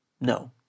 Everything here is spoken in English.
no